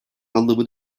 anlamı